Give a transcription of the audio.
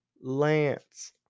Lance